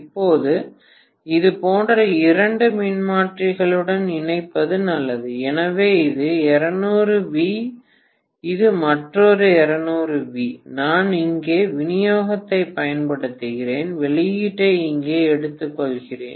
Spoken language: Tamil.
இப்போது இது போன்ற இரண்டு மின்மாற்றிகளுடன் இணைப்பது நல்லது எனவே இது 220 வி இது மற்றொரு 220 வி நான் இங்கே விநியோகத்தைப் பயன்படுத்துகிறேன் வெளியீட்டை இங்கே எடுத்துக்கொள்கிறேன்